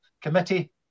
committee